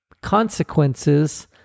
Consequences